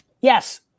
Yes